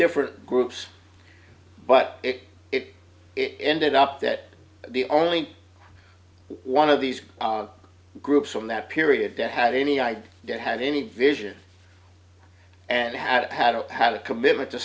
different groups but if it ended up that the only one of these groups from that period that had any i had any vision and had had a commitment to